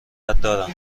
دارم